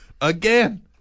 again